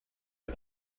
you